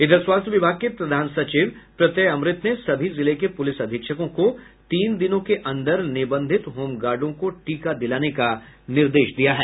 इधर स्वास्थ्य विभाग के प्रधान सचिव प्रत्यय अमृत ने सभी जिले के प्रलिस अधीक्षकों को तीन दिनों के अन्दर निबंधित होमगार्डों को टीका दिलाने का निर्देश दिया है